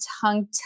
tongue